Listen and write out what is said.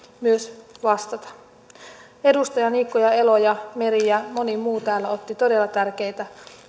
myös vastata edustajat niikko elo meri ja moni muu täällä ottivat todella tärkeitä